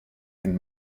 and